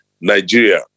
Nigeria